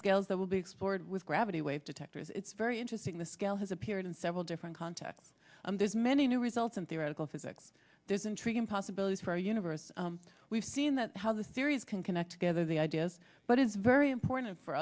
scales that will be explored with gravity wave detectors it's very interesting the scale has appeared in several different contexts and there's many new results and theoretical physics there's intriguing possibilities for a universe we've seen that how the theories can connect together the ideas but it's very important for